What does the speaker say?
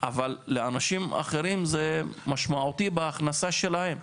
אבל לאנשים אחרים זה משמעותי בהכנסה שלהם.